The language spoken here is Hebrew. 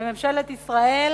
בממשלת ישראל